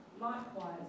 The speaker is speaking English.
Likewise